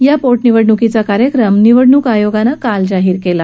या पोटनिवडणूकीचा कार्यक्रम काल निवडणूक आयोगानं जाहीर केला